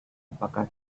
apakah